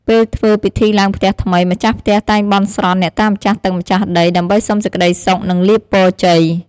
ពេលធ្វើពិធីឡើងផ្ទះថ្មី ម្ចាស់ផ្ទះតែងបន់ស្រន់អ្នកតាម្ចាស់ទឹកម្ចាស់ដី ដើម្បីសុំសេចក្ដីសុខនិងលាភពរជ័យ។